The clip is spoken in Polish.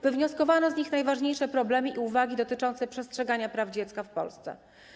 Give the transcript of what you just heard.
Wywnioskowano z nich najważniejsze problemy i uwagi dotyczące przestrzegania praw dziecka w Polsce.